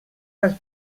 pels